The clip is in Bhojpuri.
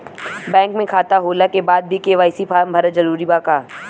बैंक में खाता होला के बाद भी के.वाइ.सी फार्म भरल जरूरी बा का?